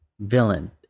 villain